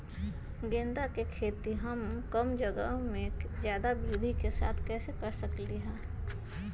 गेंदा के खेती हम कम जगह में ज्यादा वृद्धि के साथ कैसे कर सकली ह?